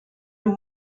you